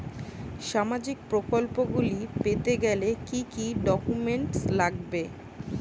সামাজিক প্রকল্পগুলি পেতে গেলে কি কি ডকুমেন্টস লাগবে?